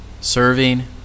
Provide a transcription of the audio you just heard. serving